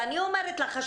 ואני אומרת לך,